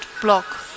block